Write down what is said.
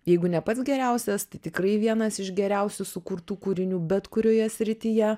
jeigu ne pats geriausias tai tikrai vienas iš geriausių sukurtų kūrinių bet kurioje srityje